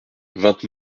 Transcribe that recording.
vingt